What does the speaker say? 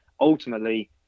ultimately